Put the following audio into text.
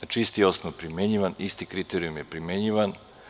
Isti osnov je primenjivan, isti kriterijum je primenjivan.